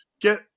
get